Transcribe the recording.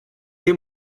che